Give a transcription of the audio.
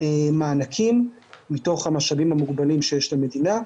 מענקים מתוך המשאבים המוגבלים שיש למדינה.